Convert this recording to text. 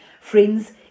Friends